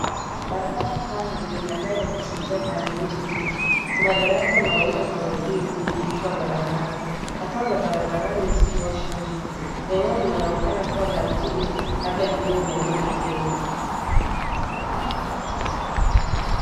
Barabara pana yenye magari yakitembea pande zote mbili. Kuna daraja la waenda kwa miguu likivuka barabara. Mataa za barabarani zikiwasha njia. Eneo linaonekana kua la mjini, labda jijini Nairobi Kenya.